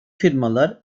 firmalar